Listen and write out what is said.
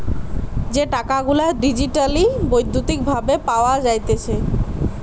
যে টাকা গুলা ডিজিটালি বৈদ্যুতিক ভাবে পাওয়া যাইতেছে